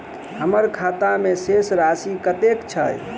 हम्मर खाता मे शेष राशि कतेक छैय?